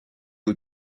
aux